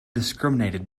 discriminated